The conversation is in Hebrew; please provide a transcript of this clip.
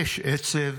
יש 'עצב',